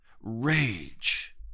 Rage